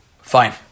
Fine